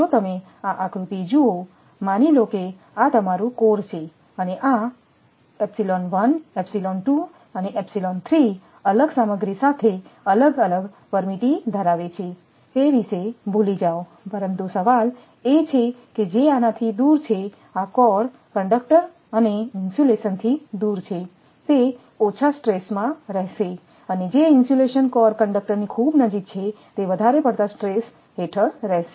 જો તમે આ આકૃતિ જુઓ માની લો કે આ તમારું કોર છે અને આ અલગ પરમીટીવીટી ધરાવે છે તે વિશે ભૂલી જાવ પરંતુ સવાલ એ છે કે જે આનાથી દૂર છે આ કોર કંડક્ટર અને ઇન્સ્યુલેશન થી દૂર છે તે ઓછા સ્ટ્રેસમાં રહેશે અને જે ઇન્સ્યુલેશન કોર કંડક્ટરની ખૂબ નજીક છે તે વધારે પડતા સ્ટ્રેસ હેઠળ રહેશે